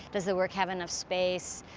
does the work have enough space,